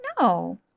No